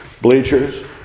bleachers